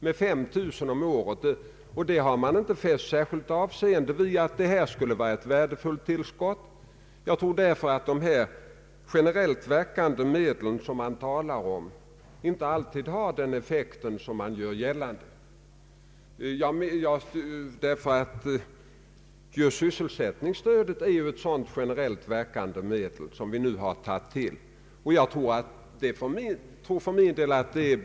Vad vi diskuterar i dag är inte så mycket att vi inte har utrymme för våra medborgare, utan det kanske mest överskuggande problemet är hur vi i den urbaniseringsprocess som pågår även i vårt land — om än inte med samma styrka som i vissa andra länder — skall kunna rädda de delar av landet, där utglesningen har gått långt och man vet att den också tenderar att fortsätta.